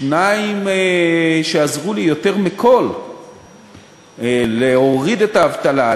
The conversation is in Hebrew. שניים שעזרו לי יותר מכול להוריד את האבטלה,